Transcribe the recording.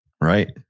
right